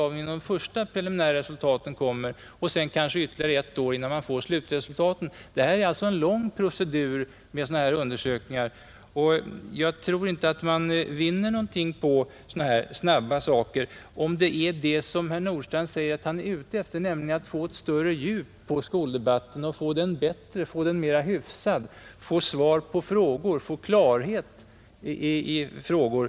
Efter de första preliminära resultaten dröjer det kanske ytterligare ett år, innan man får slutresultaten. Sådana undersökningar innebär alltså en lång procedur. Jag tror inte man vinner någonting på snabba kartläggningar som herr Nordstrandh säger att han är ute efter, nämligen för att få ett större djup på skoldebatten, få den bättre och mera hyfsad, få svar på frågor, få klarhet i frågor.